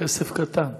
כסף קטן.